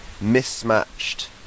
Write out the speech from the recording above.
mismatched